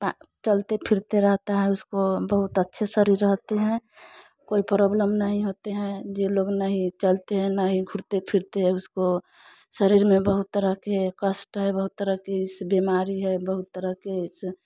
पा चलते फिरते रहता है उसको बहुत अच्छी शरीर रहती है कोई परोब्लम नहीं होती है जो लोग नहीं चलते नहीं घूमते फिरते है उसको शरीर में बहुत तरह के कष्ट हैं बहुत तरह की बीमारी है बहुत तरह के इस